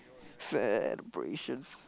sad abrasions